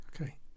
okay